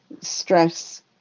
stress